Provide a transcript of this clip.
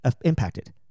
impacted